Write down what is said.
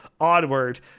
onward